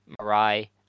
Marai